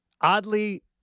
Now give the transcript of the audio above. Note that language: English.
oddly